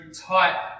tight